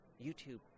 YouTube